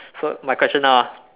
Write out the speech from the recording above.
so my question now ah